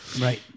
Right